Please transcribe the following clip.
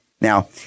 Now